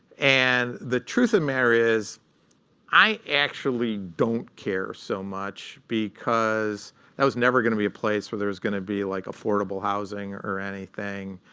and the truth of the matter is i actually don't care so much, because that was never going to be place where there was going to be like affordable housing or anything.